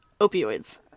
opioids